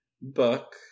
book